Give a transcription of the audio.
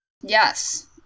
Yes